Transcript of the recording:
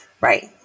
Right